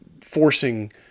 forcing